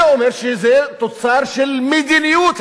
זה אומר שזה תוצר של מדיניות,